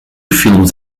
filmes